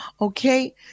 Okay